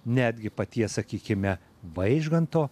netgi paties sakykime vaižganto